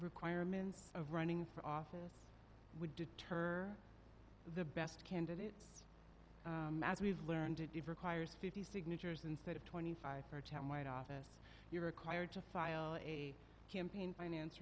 requirements of running for office would deter the best candidates as we've learned to do for choirs fifty signatures instead of twenty five or ten white office you are required to file a campaign finance